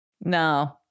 No